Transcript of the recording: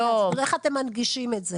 איך אתם מנגישים את זה?